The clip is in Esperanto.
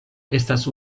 estas